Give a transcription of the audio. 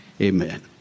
Amen